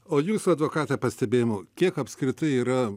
o jūsų advokate pastebėjimu kiek apskritai yra